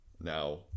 now